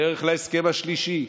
בדרך להסכם השלישי,